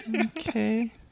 okay